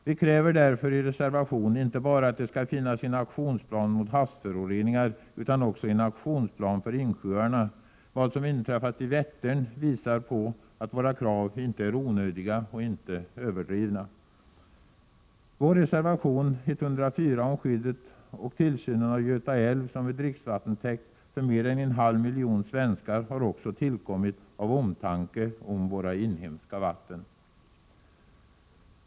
Vi kräver därför i reservation att det skall finnas inte bara en aktionsplan mot havsföroreningar utan också en aktionsplan för insjöarna. Vad som inträffat i Vättern visar att våra krav inte är onödiga och överdrivna. Vår reservation 104 om skyddet och tillsynen av Göta älv, som är dricksvattentäkt för mer än en halv miljon svenskar, har också tillkommit av omtanke om våra inhemska vatten.